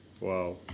Wow